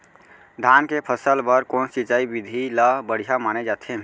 धान के फसल बर कोन सिंचाई विधि ला बढ़िया माने जाथे?